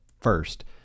first